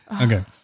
Okay